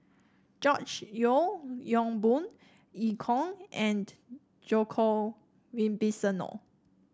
George Yeo Yong Boon Eu Kong and Djoko Wibisono